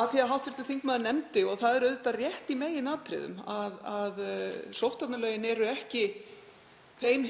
Af því að hv. þingmaður nefndi það, og það er auðvitað rétt í meginatriðum, að sóttvarnalögunum